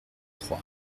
trois